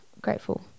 grateful